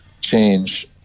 change